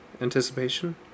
anticipation